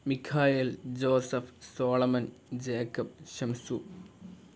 Mikhael Joseph Solomon Jacob Shamsu